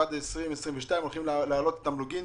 ועד לשנת 2022 הולכים להעלות את התמלוגים